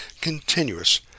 continuous